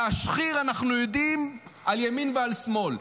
להשחיר אנחנו יודעים על ימין ועל שמאל.